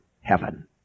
heaven